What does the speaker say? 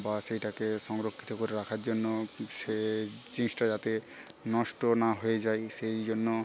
বা সেইটাকে সংরক্ষিত করে রাখার জন্য সে জিনিসটা যাতে নষ্ট না হয়ে যায় সেই জন্য